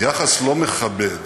יחס לא מכבד